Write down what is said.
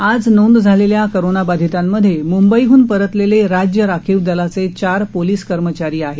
आज नोंद झालेल्या कोरोना बाधितांमध्ये मुंबईहन परतलेले राज्य राखीव दलाचे चार पोलीस कर्मचारी आहेत